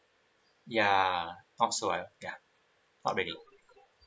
ya not so uh ya not really